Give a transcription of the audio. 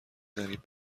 قریب